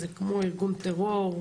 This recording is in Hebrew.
זה כמו ארגון טרור,